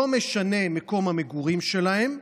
לא משנה מקום המגורים שלהם,